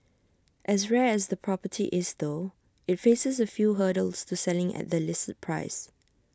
as rare as the property is though IT faces A few hurdles to selling at the listed price